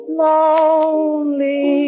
lonely